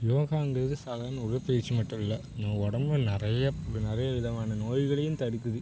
யோகாங்கிறது சாதாரண உடற்பயிற்சி மட்டும் இல்லை நம்ம உடம்புல நிறைய நிறைய விதமான நோய்களையும் தடுக்குது